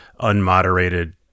unmoderated